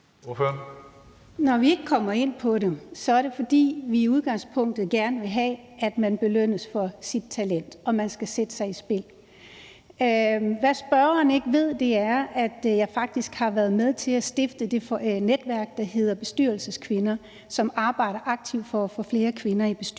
Når vi ikke kommer ind på det, er det, fordi vi i udgangspunktet gerne vil have, at man belønnes for sit talent, og at man skal sætte sig i spil. Hvad spørgeren ikke ved, er, at jeg faktisk har været med til at stifte det bestyrelsesnetværk, der hedder Bestyrelseskvinder, og som arbejder aktivt for at få flere kvinder i bestyrelser.